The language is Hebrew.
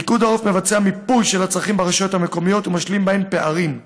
פיקוד העורף מבצע מיפוי של הצרכים ברשויות המקומיות ומשלים בהן פערים,